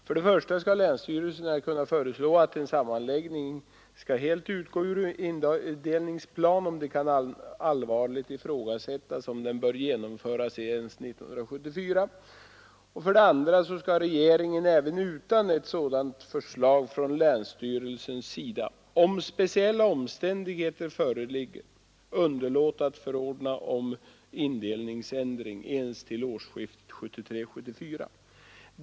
För det första skall länsstyrelserna kunna föreslå, att en sammanläggning skall helt utgå ur indelningsplanen, om det kan allvarligt ifrågasättas om den bör genomföras ens 1974. För det andra skall regeringen även utan sådant förslag från länstyrelsernas sida kunna, om speciella omständigheter föreligger, underlåta att förordna om indelningsändring ens till årsskiftet 1973/74.